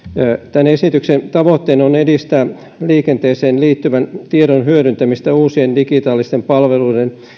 tämän esityksen tavoitteena on edistää liikenteeseen liittyvän tiedon hyödyntämistä uusien digitaalisten palveluiden